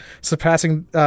surpassing